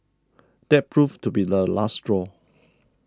that proved to be the last straw